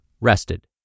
rested